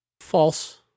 False